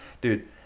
dude